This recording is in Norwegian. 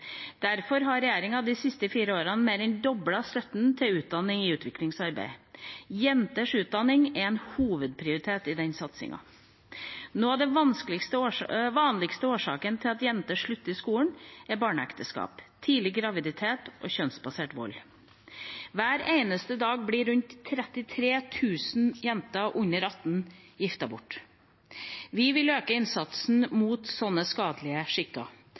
Derfor har regjeringa de siste fire årene mer enn doblet støtten til utdanning i utviklingsarbeidet. Jenters utdanning er en hovedprioritet i denne satsingen. Noen av de vanligste årsakene til at jenter slutter på skolen, er barneekteskap, tidlig graviditet og kjønnsbasert vold. Hver eneste dag blir rundt 33 000 jenter under 18 år giftet bort. Vi vil øke innsatsen mot sånne skadelige skikker